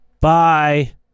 Bye